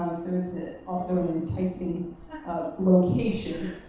and it's it's also an enticing location.